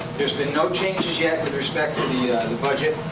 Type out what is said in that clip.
there's been no changes yet with respect to the ah to the budget.